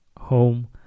home